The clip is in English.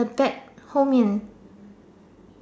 back 后面